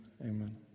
amen